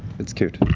it's cute.